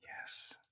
Yes